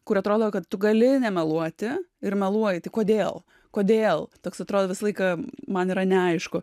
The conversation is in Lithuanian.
kur atrodo kad tu gali nemeluoti ir meluoji tai kodėl kodėl toks atrodo visą laiką man yra neaišku